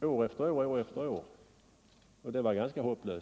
jag ju tog upp år efter år.